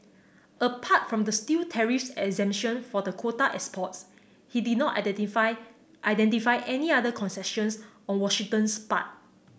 apart from the steel tariffs exemption for the quota exports he did not identify identify any other concessions on Washington's part